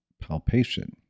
palpation